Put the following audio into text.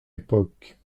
époque